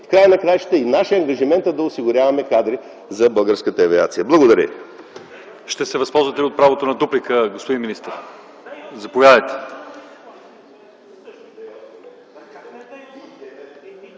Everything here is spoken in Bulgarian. в края на краищата е наш ангажимент да осигуряваме кадри за българската авиация. Благодаря